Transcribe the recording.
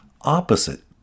opposite